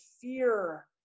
fear